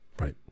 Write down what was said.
Right